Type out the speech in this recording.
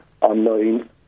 online